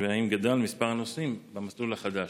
2. האם גדל מספר הנוסעים במסלול החדש?